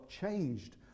changed